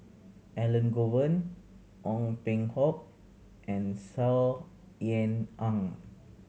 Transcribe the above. Elangovan Ong Peng Hock and Saw Ean Ang